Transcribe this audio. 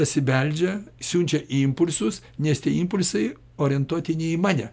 dasibeldžia siunčia impulsus nes tie impulsai orientuoti ne į mane